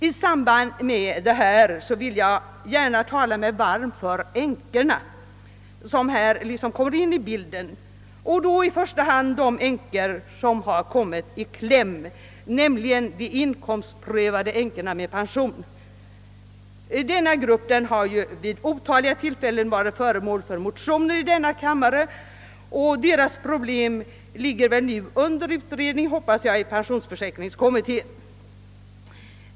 ..: I samband härmed vill jag gärna lägga ett ord för änkorna och i första hand för den grupp vars pension är inkomstprövad. Denna grupp 'har vid otaliga tillfällen varit föremål för motioner: i denna kammare, och dessa änkors pröblem utredes nu, hoppas jag, av pensionsförsäkringskommittén.